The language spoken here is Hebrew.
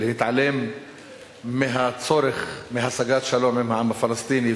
להתעלם מהצורך להשגת שלום עם העם הפלסטיני,